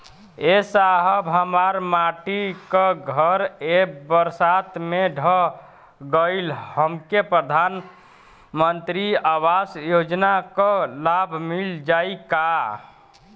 ए साहब हमार माटी क घर ए बरसात मे ढह गईल हमके प्रधानमंत्री आवास योजना क लाभ मिल जाई का?